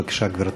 בבקשה, גברתי.